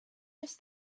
just